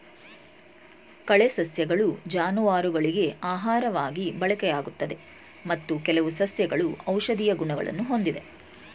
ಕಳೆ ಸಸ್ಯಗಳು ಜಾನುವಾರುಗಳಿಗೆ ಆಹಾರವಾಗಿ ಬಳಕೆಯಾಗುತ್ತದೆ ಮತ್ತು ಕೆಲವು ಸಸ್ಯಗಳು ಔಷಧೀಯ ಗುಣಗಳನ್ನು ಹೊಂದಿವೆ